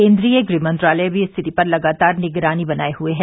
केन्द्रीय गृह मंत्रालय भी स्थिति पर लगातार निगरानी बनाए हुए है